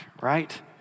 right